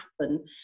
happen